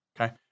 Okay